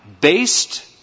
based